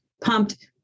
pumped